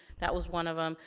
that was one of them.